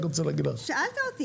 שאלת אותי.